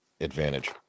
advantage